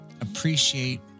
appreciate